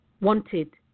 wanted